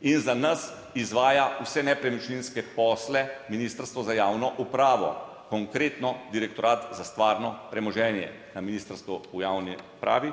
in za nas izvaja vse nepremičninske posle Ministrstvo za javno upravo, konkretno Direktorat za stvarno premoženje na Ministrstvu v javni upravi.